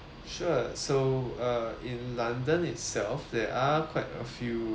sure so uh in london itself there are quite a few